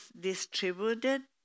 distributed